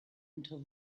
until